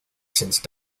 since